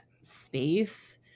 space